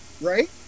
Right